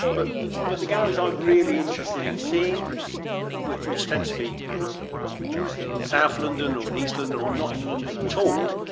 but the but the galleries aren't really interested in seeing which tend to be kind of based in south london or in eastern, or not in london at all.